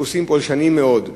חיפושים פולשניים מאוד.